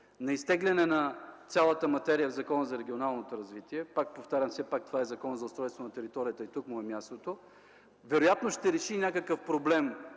на изтегляне на цялата материя в Закона за регионалното развитие, пак повтарям, все пак това е Закон за устройство на територията и тук му е мястото, вероятно ще реши някакъв проблем